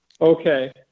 Okay